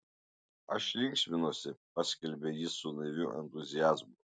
aš linksminuosi paskelbė jis su naiviu entuziazmu